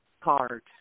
card